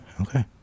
Okay